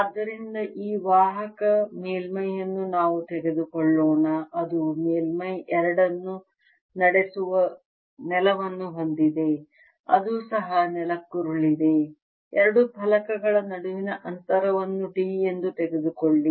ಆದ್ದರಿಂದ ಈ ವಾಹಕ ಮೇಲ್ಮೈಯನ್ನು ನಾವು ತೆಗೆದುಕೊಳ್ಳೋಣ ಅದು ಮೇಲ್ಮೈ ಎರಡನ್ನು ನಡೆಸುವ ನೆಲವನ್ನು ಹೊಂದಿದೆ ಅದು ಸಹ ನೆಲಕ್ಕುರುಳಿದೆ ಎರಡು ಫಲಕಗಳ ನಡುವಿನ ಅಂತರವನ್ನು d ಎಂದು ತೆಗೆದುಕೊಳ್ಳಿ